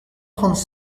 trente